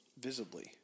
visibly